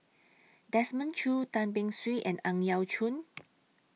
Desmond Choo Tan Beng Swee and Ang Yau Choon